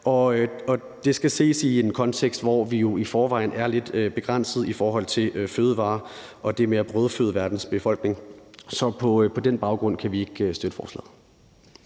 det skal ses i en kontekst, hvor vi jo i forvejen er lidt begrænsede i forhold til fødevarer og det med at brødføde verdens befolkning. Så på den baggrund kan vi ikke støtte forslaget.